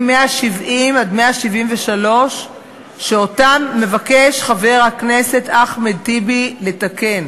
170 173 שאותם מבקש חבר הכנסת אחמד טיבי לתקן.